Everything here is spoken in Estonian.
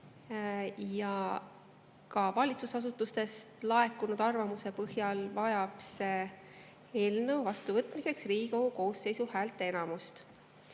ja ka valitsusasutustest laekunud arvamuse põhjal vajab see eelnõu vastuvõtmiseks Riigikogu koosseisu häälteenamust.